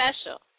special